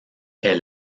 est